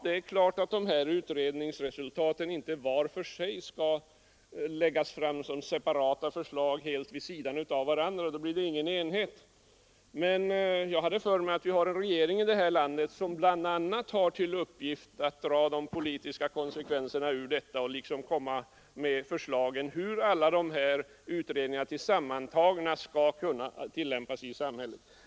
Det är klart att de här utredningsresultaten inte vart för sig skall läggas fram som separata förslag — då blir det ingen enighet — men jag hade för mig att vi har en regering här i landet som bl.a. har till uppgift att dra de politiska konsekvenserna av utredningar och komma med förslag om hur alla utredningsresultat tillsammantagna skall kunna tillämpas i samhället.